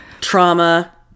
Trauma